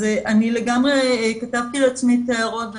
אז אני כתבתי לעצמי את ההערות.